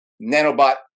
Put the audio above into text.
nanobot